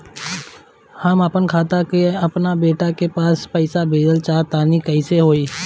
हम आपन खाता से आपन बेटा के पास पईसा भेजल चाह तानि कइसे होई?